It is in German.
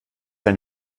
ein